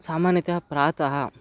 सामान्यतः प्रातः